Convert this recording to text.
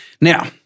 Now